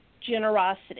generosity